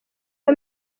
iyo